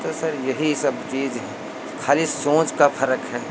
तो सर यही सब चीज़ खाली सोंच का फ़र्क है